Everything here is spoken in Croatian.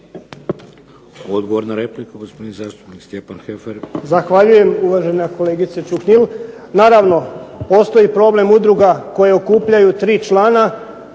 Odgovor na repliku, gospodin zastupnik Stjepan Heffer. **Heffer, Goran (SDP)** Zahvaljujem uvažena kolegice Čuhnil. Naravno, postoji problem udruga koje okupljaju tri člana